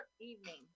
Evening